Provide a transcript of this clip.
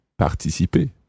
Participer